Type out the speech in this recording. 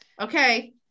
Okay